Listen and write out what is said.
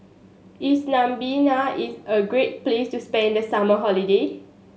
is Namibia is a great place to spend the summer holiday